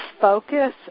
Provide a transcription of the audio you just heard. focus